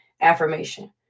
Affirmation